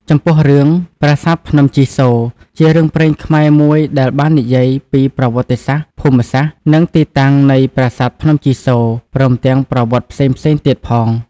ចំពោះរឿង ប្រាសាទភ្នំជីសូរ ជារឿងព្រេងខ្មែរមួយដែលបាននិយាយពី ប្រវត្តិសាស្រ្ដ ភូមិសាស្រ្ដ និងទីតាំងនៃប្រាសាទភ្នំជីសូរ ព្រមទាំងប្រវត្តិផ្សេងៗទៀតផង។